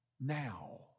now